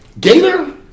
Gator